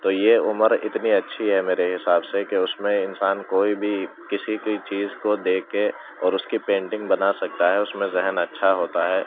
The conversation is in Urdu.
تو یہ عمر اتنی اچھی ہے میرے حساب سے کہ اس میں انسان کوئی بھی کسی بھی چیز کو دیکھ کے اور اس کی پینٹنگ بنا سکتا ہے اس میں ذہن اچھا ہوتا ہے